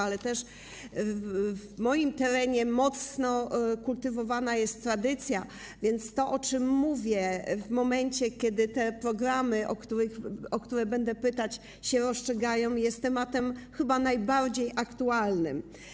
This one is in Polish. Na moim terenie mocno kultywowana jest tradycja, więc to, o czym mówię w momencie, kiedy te programy, o które będę pytać, się rozstrzygają, jest tematem chyba najbardziej aktualnym.